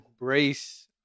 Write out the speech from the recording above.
embrace